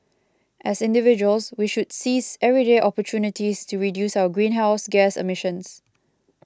as individuals we should seize everyday opportunities to reduce our greenhouse gas emissions